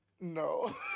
No